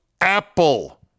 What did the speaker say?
Apple